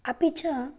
अपि च